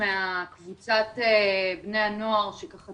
בבקשה